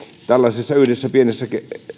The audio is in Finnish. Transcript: tällaisessa yhdessä pienessä